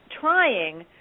trying